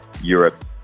Europe